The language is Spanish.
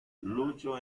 luchó